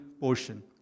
portion